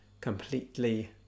completely